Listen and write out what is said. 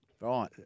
Right